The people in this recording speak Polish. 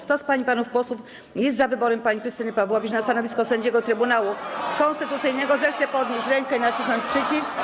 Kto z pań i panów posłów jest za wyborem pani Krystyny Pawłowicz na stanowisko sędziego Trybunału Konstytucyjnego, zechce podnieść rękę i nacisnąć przycisk.